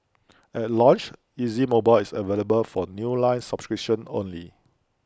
at launch easy mobile is available for new line subscriptions only